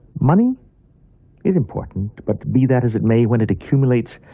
money is important, but be that as it may, when it accumulates,